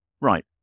right